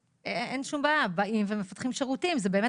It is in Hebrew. אין שום בעיה באים ומפתחים שירותים וזו באמת